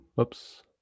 oops